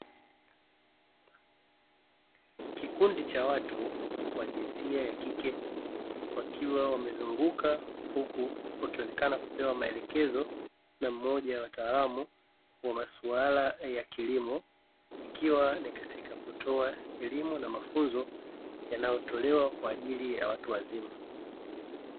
Kikundi cha watu wa jinsia ya kike wakiwa wamezunguka huku wakionekana kupewa maelekezo na mmoja wa wataalamu wa masuala ya kilimo. Ikiwa ni katika kutoa elimu na mafunzo yanayotolewa kwa ajili ya watu wazima.